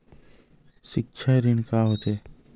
सिक्छा ऋण का होथे?